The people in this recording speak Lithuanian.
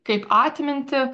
kaip atmintį